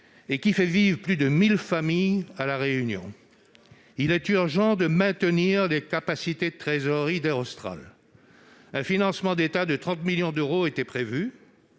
qui fait vivre plus de mille familles à La Réunion. Il est urgent de maintenir les capacités de trésorerie de la compagnie. Un financement d'État de 30 millions d'euros était prévu.